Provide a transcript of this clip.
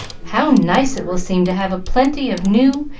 how nice it will seem to have a plenty of new,